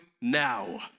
now